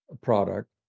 product